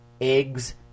eggs